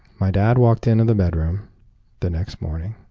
my dad walked into the bedroom the next morning.